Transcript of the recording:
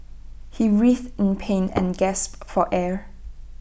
he writhed in pain and gasped for air